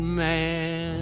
man